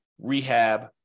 rehab